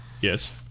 Yes